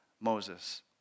Moses